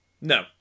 no